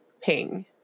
ping